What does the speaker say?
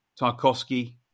Tarkovsky